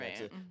Right